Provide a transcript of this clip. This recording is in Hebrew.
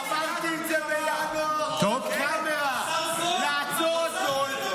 אמרתי את זה בינואר: לעצור הכול.